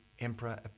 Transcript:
emperor